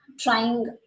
trying